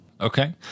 Okay